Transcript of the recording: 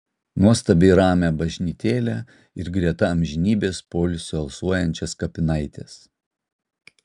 nuostabiai ramią bažnytėlę ir greta amžinybės poilsiu alsuojančias kapinaites